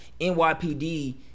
NYPD